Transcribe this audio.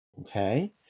okay